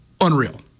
Unreal